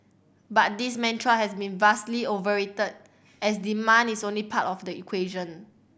but this mantra has been vastly overstated as demand is only part of the equation